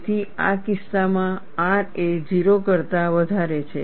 તેથી આ કિસ્સામાં R એ 0 કરતા વધારે છે